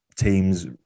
Teams